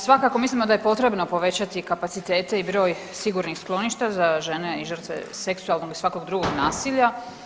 Svakako mislimo da je potrebno povećati kapacitete i broj sigurnih skloništa za žene i žrtve seksualnog i svakog drugog nasilja.